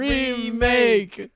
Remake